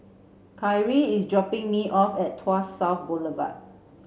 Kyrie is dropping me off at Tuas South Boulevard